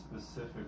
specific